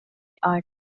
art